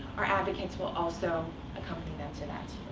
our advocates will also accompany them to that,